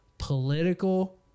Political